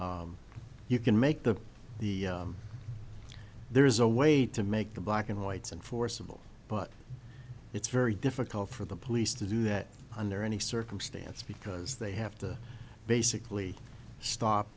forcible you can make the the there is a way to make them black and whites and forcible but it's very difficult for the police to do that under any circumstance because they have to basically stop